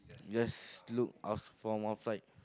just look out from outside